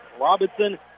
Robinson